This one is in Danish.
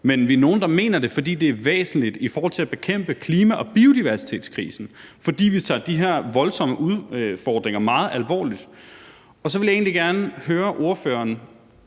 Men vi er nogle, der mener det, fordi det er væsentligt for at bekæmpe klima- og biodiversitetskrisen, fordi vi tager de her voldsomme udfordringer meget alvorligt. Så vil jeg egentlig også gerne høre ordføreren